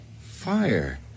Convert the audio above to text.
Fire